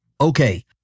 Okay